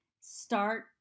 start